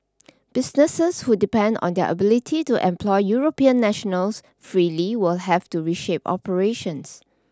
businesses who depend on their ability to employ European nationals freely will have to reshape operations